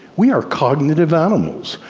we are cognitive animals.